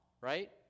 right